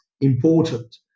important